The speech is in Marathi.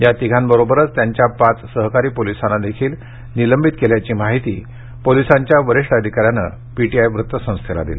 या तिघांबरोबरच त्यांच्या पाच सहकारी पोलिसांनाही निलंबित केल्याची माहिती पोलिसांच्या वरीष्ठ अधिकाऱ्यानं पीटीआयला दिली